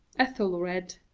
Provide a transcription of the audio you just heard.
ethelred,